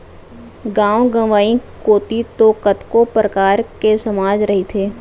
गाँव गंवई कोती तो कतको परकार के समाज रहिथे